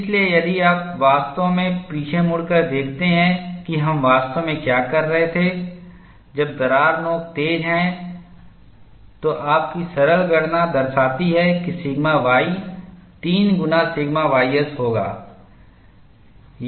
इसलिए यदि आप वास्तव में पीछे मुड़कर देखते हैं कि हम वास्तव में क्या कह रहे थे जब दरार नोक तेज है तो आपकी सरल गणना दर्शाती है कि सिग्मा y 3 गुना सिग्मा ys होगा